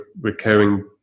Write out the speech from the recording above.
recurring